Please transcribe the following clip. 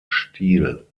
stil